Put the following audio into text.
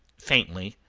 faintly,